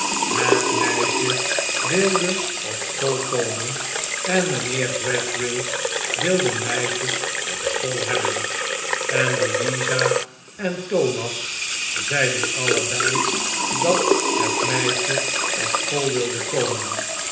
het meisje wilde op school komen en mijnheer gradgrind wilde meisjes op school hebben en louisa en thomas zeiden allebei dat het meisje op school wilde komen